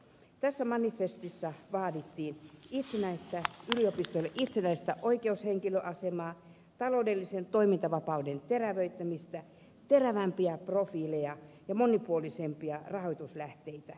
tässä manifestissa vaadittiin yliopistoille itsenäistä oikeushenkilöasemaa taloudellisen toimintavapauden terävöittämistä terävämpiä profiileja ja monipuolisempia rahoituslähteitä